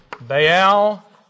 Baal